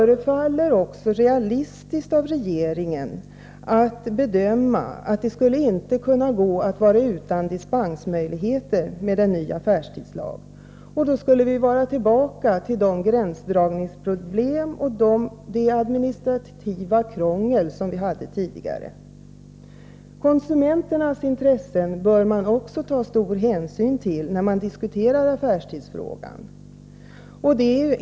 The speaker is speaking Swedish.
Regeringens bedömning, att det inte skulle gå att vara utan dispensmöjligheter med en ny affärstidslag, förefaller vara realistisk. Det skulle innebära en återgång till de gränsdragningsproblem och det administrativa krångel som vi hade tidigare. Konsumenternas intressen bör man också ta stor hänsyn till när affärstidsfrågan diskuteras.